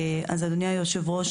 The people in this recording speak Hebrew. אדוני היושב-ראש,